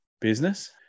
business